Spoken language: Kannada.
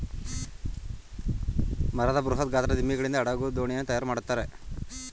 ಮರದ ಬೃಹತ್ ಗಾತ್ರದ ದಿಮ್ಮಿಗಳಿಂದ ಹಡಗು, ದೋಣಿಗಳನ್ನು ತಯಾರು ಮಾಡುತ್ತಾರೆ